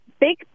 big